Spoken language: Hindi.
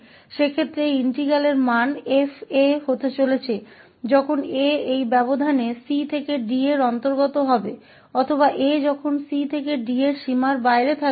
उस स्थिति में इस समाकल का मान 𝑓𝑎 होने वाला है जब a इस अंतराल 𝑐 से 𝑑 के अंतर्गत आता है या यह 0 होगा जब a 𝑐 से 𝑑 की लिमिट के बाहर है